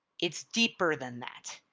it's deeper than that.